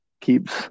keeps